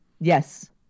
Yes